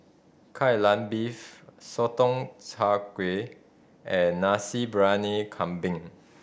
Kai Lan Beef Sotong Char Kway and Nasi Briyani Kambing